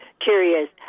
curious